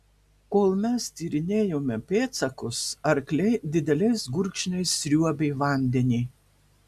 kol mes tyrinėjome pėdsakus arkliai dideliais gurkšniais sriuobė vandenį